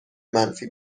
منفی